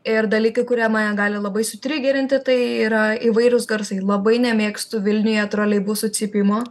ir dalykai kurie mane gali labai sutrigerinti tai yra įvairūs garsai labai nemėgstu vilniuje troleibusų cypimo